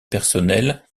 personnelle